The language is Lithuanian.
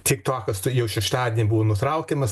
tiktokas tai jau šeštadienį buvo nutraukiamas